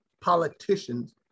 politicians